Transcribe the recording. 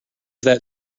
that